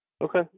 Okay